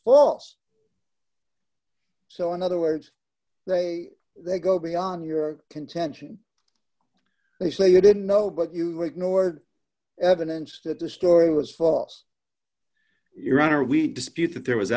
false so in other words they they go beyond your contention they say you didn't know but you were ignored evidence that the story was false your honor we dispute that there was